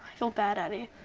felt bad, addie.